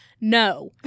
No